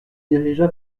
dirigea